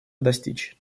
достичь